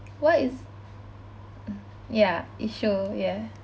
what is ya it show yeah